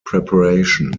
preparation